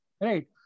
right